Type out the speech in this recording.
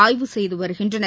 ஆய்வு செய்து வருகின்றனர்